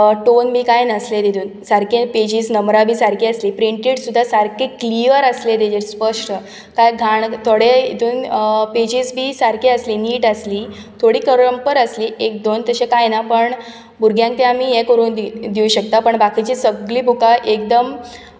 torn बिन काय नासले तातूंत सारके पेजीस नंबरा बिन सारके आसले प्रिटेड सुद्दां सारके क्लियर आसले ताजेर स्पश्ट काय घाण थोडे हातूंत पेजीस बिन सारके आसली निट आसली थोडी क्रम्पल आसली एक दोन तशे काय ना पण भुरग्यांक ते आमी ये करून दिंव शकतां पण बाकिची सगली बुकां एकदम